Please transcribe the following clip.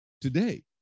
today